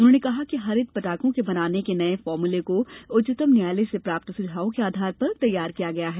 उन्होंने कहा कि हरित पटाखों के बनाने के नए फार्मूले को उच्चतम न्यायालय से प्राप्त सुझावों के आधार पर तैयार किया गया है